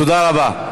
תודה רבה.